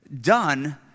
done